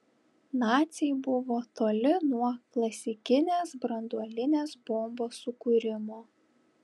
naciai buvo toli nuo klasikinės branduolinės bombos sukūrimo